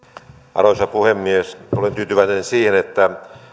arvoisa puhemies olen tyytyväinen siihen että